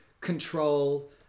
control